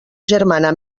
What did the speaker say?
germana